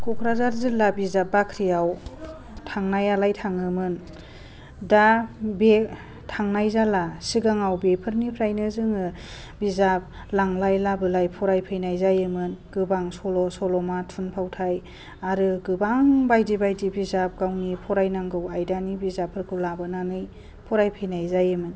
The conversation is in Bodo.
कक्राझार जिल्ला बिजाब बाख्रियाव थांनायालाय थाङोमोन दा बे थांनाय जाला सिगाङाव बेफोरनिफ्रायनो जोङो बिजाब लांलाय लाबोलाय फरायफैनाय जायोमोन गोबां सल' सल'मा थुनफावथाइ आरो गोबां बायदि बायदि बिजाब गावनि फरायनांगौ आयदानि बिजाबफोरखौ लाबोनानै फरायफैनाय जायोमोन